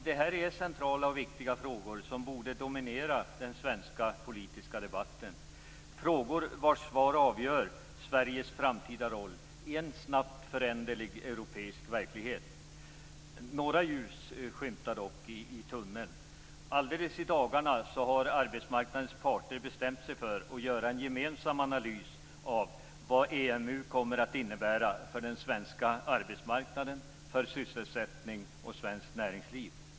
Det här är centrala och viktiga frågor som borde dominera den svenska politiska debatten, frågor vars svar avgör Sveriges framtida roll i en snabbt föränderlig europeisk verklighet. Det skymtar dock några ljus i tunneln. Alldeles i dagarna har arbetsmarknadens parter bestämt sig för att göra en gemensam analys av vad EMU kommer att innebära för den svenska arbetsmarknaden, för sysselsättning och för svenskt näringsliv.